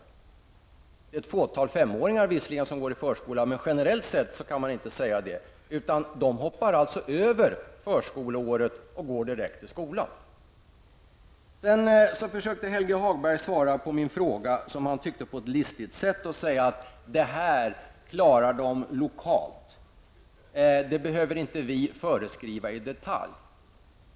Det är visserligen ett fåtal femåringar som går i förskola, men generellt sett kan man inte säga det. De här sexåringarna hoppar alltså över förskoleåret och går direkt till skolan. Sedan försökte Helge Hagberg svara på min fråga på ett som han antagligen tyckte listigt sätt. Han sade: Det här klarar de lokalt. Det behöver inte vi föreskriva i detalj.